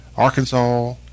Arkansas